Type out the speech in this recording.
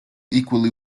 equally